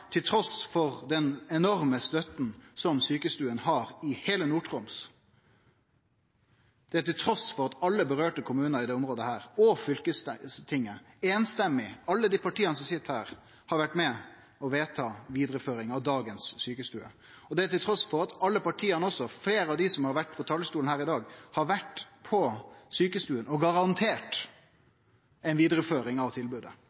trass i den overveldande støtta som sjukestuene har i heile Nord-Troms, trass i at alle kommunane i dette området som det gjeld, og fylkestinget – og alle dei partia som sit her – samrøystes har vore med på å vedta vidareføring av dagens sjukestue, og trass i at alle partia og fleire av dei som har vore på talarstolen her i dag, har vore på sjukestua og garantert ei vidareføring av tilbodet.